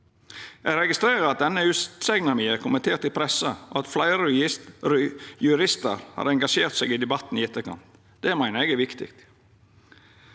Eg registrerer at denne utsegna mi er kommentert i pressa, og at fleire juristar har engasjert seg i debatten i etterkant. Det meiner eg er viktig.